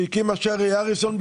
שהקימה שרי אריסון,